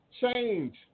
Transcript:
change